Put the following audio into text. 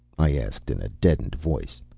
i asked in a deadened voice,